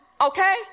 okay